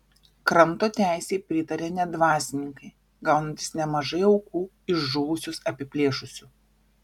kranto teisei pritarė net dvasininkai gaunantys nemažai aukų iš žuvusius apiplėšusių